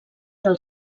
del